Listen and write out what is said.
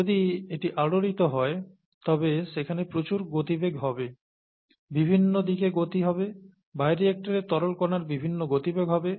যদি এটি আলোড়িত হয় তবে সেখানে প্রচুর গতিবেগ হবে বিভিন্ন দিকে গতি হবে বায়োরিয়েক্টরে তরল কণার বিভিন্ন গতিবেগ হবে